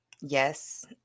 Yes